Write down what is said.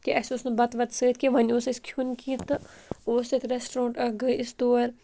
کہِ اَسہِ اوس نہٕ بَتہٕ وَتہٕ سۭتۍ کینٛہہ وۄنۍ اوس اَسہِ کھیوٚن کینٛہہ تہٕ اوس تَتہِ رٮ۪سٹرٛانٛٹ اَکھ گٔے أسۍ تور